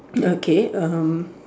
okay um